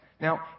Now